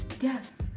Yes